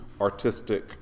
artistic